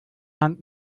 hand